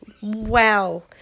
wow